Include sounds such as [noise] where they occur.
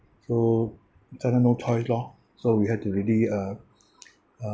so sometimes no choice lor so we had to really uh [breath] uh